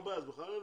בכלל.